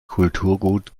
kulturgut